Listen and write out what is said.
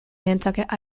nantucket